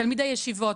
תלמידי ישיבות,